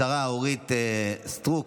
השרה אורית סטרוק